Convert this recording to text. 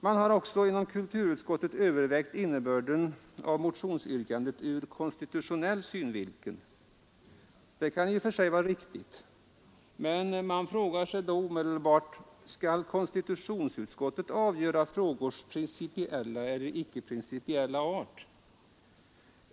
Man har också inom kulturutskottet övervägt innebörden av motionsyrkandet ur konstitutionell synvinkel. Det kan i och för sig vara riktigt. Men man frågar sig dock omedelbart : Skall konstitutionsutskottet avgöra frågors principiella eller icke principiella art?